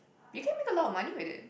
you can make a lot of money with it